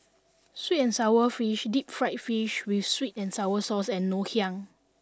sweet and sour fish deep fried fish with sweet and sour sauce and Ngoh Hiang